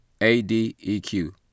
A-D-E-Q